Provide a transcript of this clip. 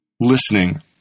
listening